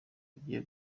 ugiye